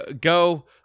Go